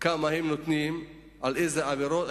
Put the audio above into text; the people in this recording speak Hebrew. כמה הם נותנים ועל אילו עבירות,